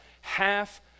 Half